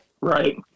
Right